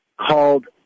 called